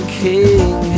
king